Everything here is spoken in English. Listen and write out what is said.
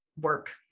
work